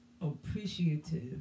appreciative